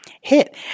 hit